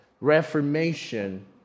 Reformation